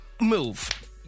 Move